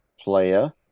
player